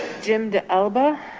jim to elba